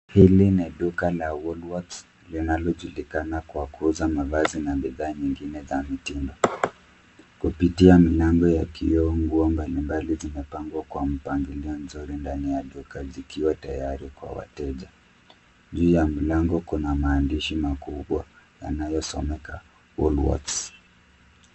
Hili ni duka la Woolworths linalojulikana kwa kuuza mavazi na bidhaa nyingine za mitindo. Kupitia milango ya kioo, nguo mbali mbali zimepangwa kwa mpangilio mzuri ndani ya duka zikiwa tayari kwa wateja. Juu ya mlango kuna maandishi makubwa yanayosomeka WOOLWORTHS .